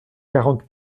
quarante